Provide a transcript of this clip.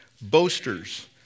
boasters